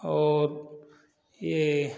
और ये